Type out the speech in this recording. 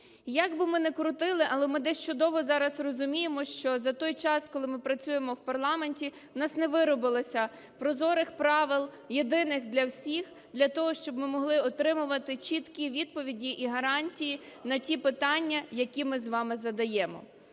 як би ми не крутили, але ми теж чудово зараз розуміємо, що за той час, коли ми працюємо в парламенті, у нас не виробилося прозорих правил єдиних для всіх для того, щоб ми могли отримувати чіткі відповіді і гарантії на ті питання, які ми з вами задаємо.